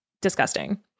disgusting